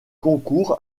concours